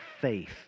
faith